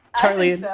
Charlie